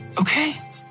Okay